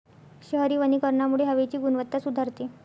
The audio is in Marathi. शहरी वनीकरणामुळे हवेची गुणवत्ता सुधारते